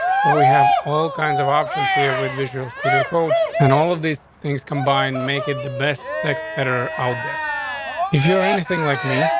so we have all kinds of options here with visual studio code and all of these things combined. make it the best text better out there if you're anything like me.